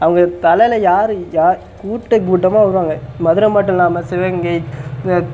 அவங்க தலையில் யார் யார் கூட்டம் கூட்டமாக வருவாங்க மதுரை மட்டும் இல்லாமல் சிவகங்கை